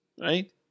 right